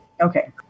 Okay